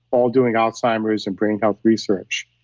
all doing alzheimer's and brain health research.